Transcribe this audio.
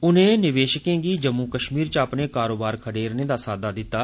उनें निवेशकें गी जम्मू कश्मीर च अपने कारोबार खडेरने दा सुझाह दित्ता